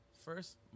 First